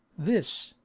this,